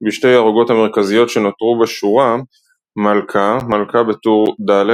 בשתי הערוגות המרכזיות שנותרו בשורה מלכה – מלכה בטור ד',